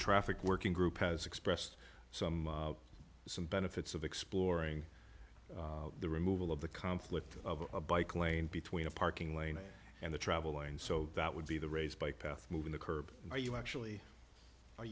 traffic working group has expressed some some benefits of exploring the removal of the conflict over a bike lane between a parking lane and the traveling so that would be the raised bike path moving the curb are you actually are